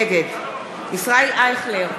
נגד ישראל אייכלר,